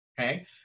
okay